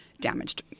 damaged